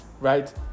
Right